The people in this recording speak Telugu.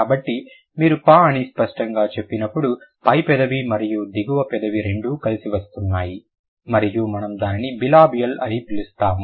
కాబట్టి మీరు pa అని స్పష్టంగా చెప్పినప్పుడు పై పెదవి మరియు దిగువ పెదవి రెండూ కలిసి వస్తున్నాయి మరియు మనము దానిని బిలాబియల్ అని పిలుస్తాము